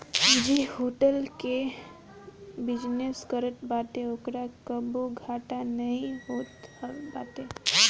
जे होटल कअ बिजनेस करत बाटे ओकरा कबो घाटा नाइ होत बाटे